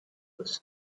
was